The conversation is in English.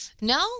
No